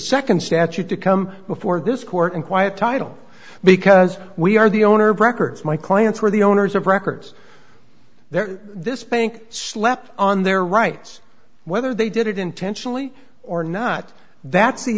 second statute to come before this court and quiet title because we are the owner of records my clients were the owners of records there this bank slept on their rights whether they did it intentionally or not that's the